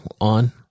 on